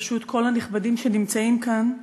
ברשות כל הנכבדים שנמצאים כאן,